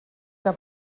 que